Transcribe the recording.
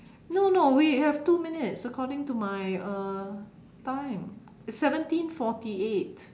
no no we have two minutes according to my uh time it's seventeen forty eight